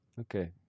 Okay